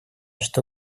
что